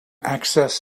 access